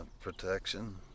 protection